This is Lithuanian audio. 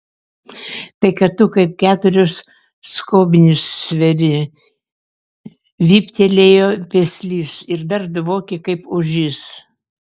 tai kad tu kaip keturios skobnys sveri vyptelėjo peslys ir dar dvoki kaip ožys